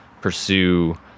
pursue